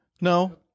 No